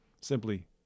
simply